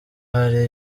hari